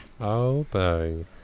Obey